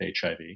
HIV